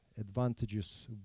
advantages